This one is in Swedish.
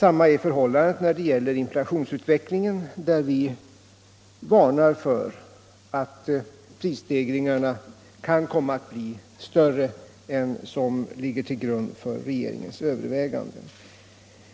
Detsamma är förhållandet när det gäller inflationsutvecklingen, där vi varnar för att prisstegringarna kan komma att bli större än de som ligger till grund för regeringens överväganden.